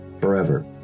forever